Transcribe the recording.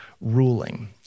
ruling